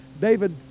David